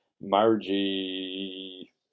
Margie